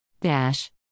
Dash